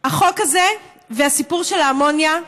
החוק הזה והסיפור של האמוניה,